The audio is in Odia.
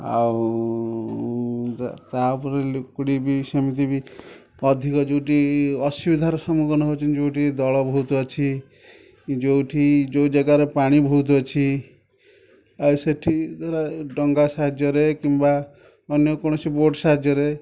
ଆଉ ତା ଉପରେ ଲୁକ୍ୱିଡ଼୍ ବି ସେମିତି ବି ଅଧିକ ଯେଉଁଠି ଅସୁବିଧାର ସମ୍ମୁଖୀନ ହେଉଛି ଜେଇଉଠି ଦଳ ବହୁତ ଅଛି ଯେଉଁଠି ଯେଉଁ ଜାଗାରେ ପାଣି ବହୁତ ଅଛି ସେଠି ଧରା ଡଙ୍ଗା ସାହାଯ୍ୟରେ କିମ୍ବା ଅନ୍ୟ କୌଣସି ବୋଟ୍ ସାହାଯ୍ୟରେ